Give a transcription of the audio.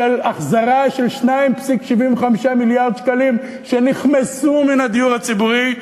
של החזרה של 2.75 מיליארד שקלים שנחמסו מן הדיור הציבורי,